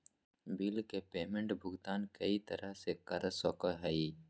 bill के payment भुगतान कई तरह से कर सको हइ